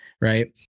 right